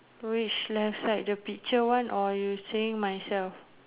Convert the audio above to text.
which left side the picture one or you saying myself